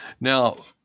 now